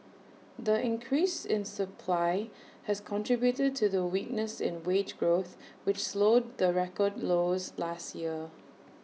the increase in supply has contributed to the weakness in wage growth which slowed the record lows last year